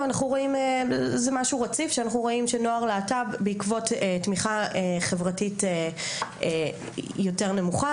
זה משהו רציף שאנחנו רואים שנוער להט"ב בעקבות תמיכה חברתית יותר נמוכה,